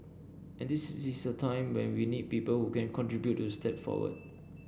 and this is a time when we need people who can contribute to step forward